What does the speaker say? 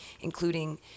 including